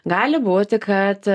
gali būti kad